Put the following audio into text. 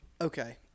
Okay